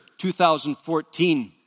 2014